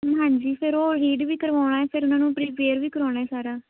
ਹਾਂਜੀ ਫਿਰ ਉਹ ਰੀਡ ਵੀ ਕਰਵਾਉਣਾ ਫਿਰ ਉਹਨਾਂ ਨੂੰ ਪ੍ਰੀਪੇਅਰ ਵੀ ਕਰਾਉਣਾ ਹੈ ਸਾਰਾ